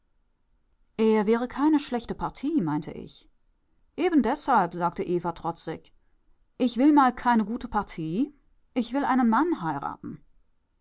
er wäre keine schlechte partie meinte ich eben deshalb sagte eva trotzig ich will mal keine gute partie ich will einen mann heiraten